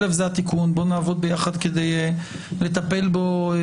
בואו נעבוד ביחד כדי לטפל בו.